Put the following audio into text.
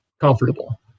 comfortable